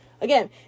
Again